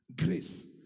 Grace